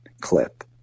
clip